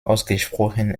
ausgesprochen